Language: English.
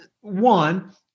one